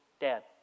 Dad